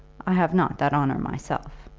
i have not that honour myself.